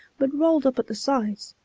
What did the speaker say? but rolled up at the sides,